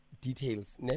details